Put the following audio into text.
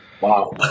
Wow